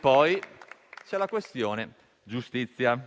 poi la questione giustizia,